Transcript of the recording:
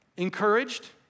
encouraged